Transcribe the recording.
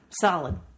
solid